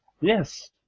Yes